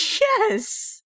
Yes